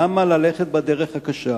למה ללכת בדרך הקשה?